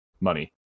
money